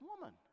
woman